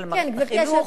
גברתי היושבת-ראש,